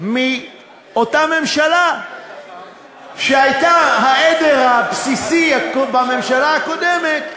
מאותה ממשלה שהייתה העדר הבסיסי בממשלה הקודמת,